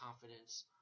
confidence